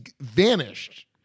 vanished